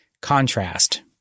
contrast